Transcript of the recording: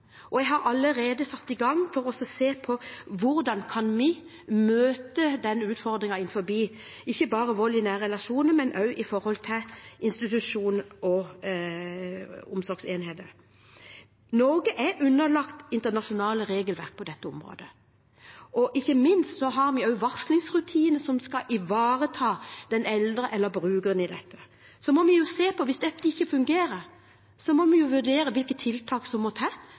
og jeg har allerede satt i gang et arbeid for å se på hvordan vi kan møte denne utfordringen, ikke bare når det gjelder vold i nære relasjoner, men også i institusjoner og omsorgsenheter. Norge er underlagt internasjonale regelverk på dette området, og ikke minst har vi varslingsrutiner som skal ivareta den eldre eller brukeren i dette. Hvis dette ikke fungerer, må vi vurdere hvilke tiltak som må til